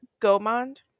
Gomond